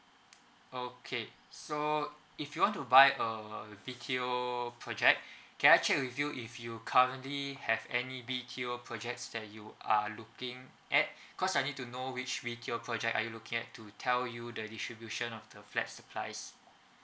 okay so if you want to buy a B_T_O project can I check with you if you currently have any B_T_O projects that you are looking at cause I need to know which B_T_O project are you looking at to tell you the distribution of the flats supplies